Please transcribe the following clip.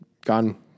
gone